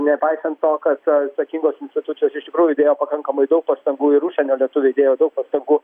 nepaisant to kad atsakingos institucijos iš tikrųjų įdėjo pakankamai daug pastangų ir užsienio lietuviai dėjo daug pastangų